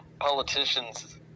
politicians